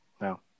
No